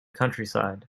countryside